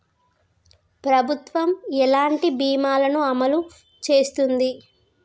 ప్రభుత్వం ఎలాంటి బీమా ల ను అమలు చేస్తుంది?